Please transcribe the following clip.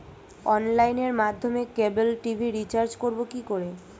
অনলাইনের মাধ্যমে cable TV recharge করব কি করে?